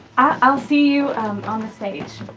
i'll see you on the stage.